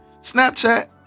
Snapchat